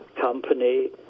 Company